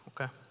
okay